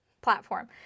platform